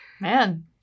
Man